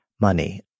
money